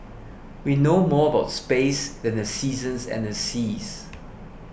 we know more about space than the seasons and the seas